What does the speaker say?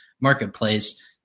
marketplace